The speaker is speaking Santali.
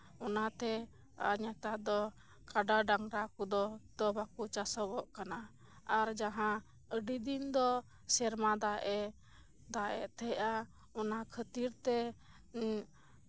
ᱚᱱᱟᱛᱮ ᱱᱮᱛᱟᱨ ᱫᱚ ᱠᱟᱰᱟ ᱰᱟᱝᱨᱟ ᱠᱚᱫᱚ ᱫᱚ ᱵᱟᱠᱚ ᱪᱟᱥᱚᱜᱚᱜ ᱠᱟᱱᱟ ᱟᱨ ᱡᱟᱦᱟᱸ ᱟᱹᱰᱤ ᱫᱤᱱ ᱫᱚ ᱥᱮᱨᱢᱟ ᱫᱟᱜ ᱮ ᱫᱟᱜ ᱮᱫ ᱛᱟᱦᱮᱸᱫᱼᱟ ᱚᱱᱟ ᱠᱷᱟᱹᱛᱤᱨ ᱛᱮ